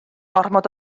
ormod